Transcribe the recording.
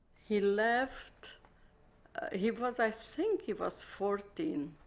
he left he was i so think he was fourteen.